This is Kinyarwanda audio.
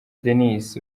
dennis